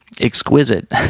exquisite